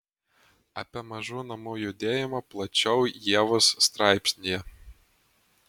apie mažų namų judėjimą plačiau ievos straipsnyje